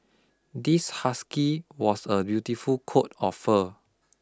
this husky was a beautiful coat of fur